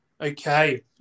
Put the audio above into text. Okay